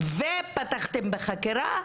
ופתחתם בחקירה,